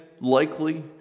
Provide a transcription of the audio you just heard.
likely